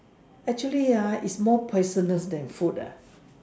actually ah is more poisonous than food ah